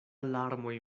larmoj